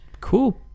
cool